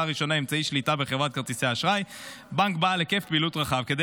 ראשונה אמצעי שליטה בחברת כרטיסי אשראי מבנק בעל היקף פעילות רחב כדי